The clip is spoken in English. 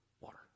water